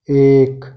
एक